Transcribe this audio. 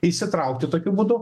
įsitraukti tokiu būdu